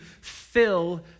fill